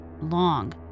long